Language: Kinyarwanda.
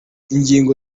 ingingo